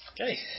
Okay